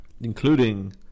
Including